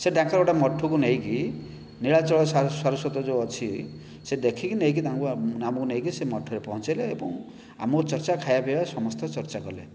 ସେ ତାଙ୍କର ଗୋଟିଏ ମଠକୁ ନେଇକି ନୀଳାଞ୍ଚଳ ସାରସ୍ଵତ ଯେଉଁ ଅଛି ସେ ଦେଖିକି ନେଇକି ତାଙ୍କୁ ଆମକୁ ନେଇକି ସେ ମଠରେ ପହଞ୍ଚାଇଲେ ଏବଂ ଆମକୁ ଚର୍ଚ୍ଚା ଖାଇବା ପିଇବା ସମସ୍ତ ଚର୍ଚ୍ଚା କଲେ